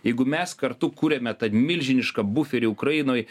jeigu mes kartu kuriame tą milžinišką buferį ukrainoj